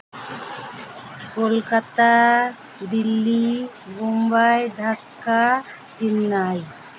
Kolkata Delhi Mumbai Dhaka Chennai